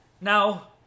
Now